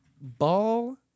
ball